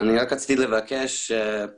אדוני היו"ר, נמצא איתנו גם גפן.